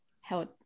held